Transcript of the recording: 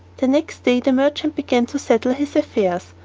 the next day the merchant began to settle his affairs,